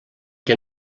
que